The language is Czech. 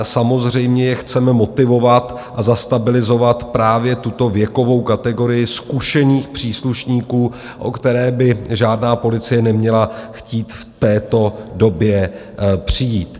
Samozřejmě je chceme motivovat a zastabilizovat právě tuto věkovou kategorii zkušených příslušníků, o které by žádná policie neměla chtít v této době přijít.